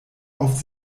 auf